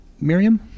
Miriam